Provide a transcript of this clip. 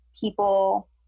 people